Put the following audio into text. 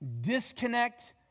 Disconnect